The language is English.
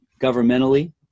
governmentally